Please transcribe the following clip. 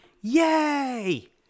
Yay